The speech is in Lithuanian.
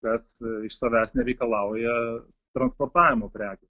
kas iš savęs nereikalauja transportavimo prekių